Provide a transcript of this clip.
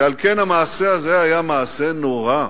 ועל כן המעשה הזה היה מעשה נורא,